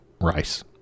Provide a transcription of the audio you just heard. rice